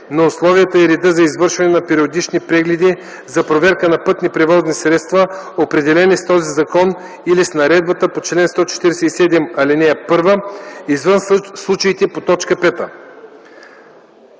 на условията и реда за извършване на периодични прегледи за проверка на пътните превозни средства, определени с този закон или с наредбата по чл. 147, ал. 1, извън случаите по т. 5.”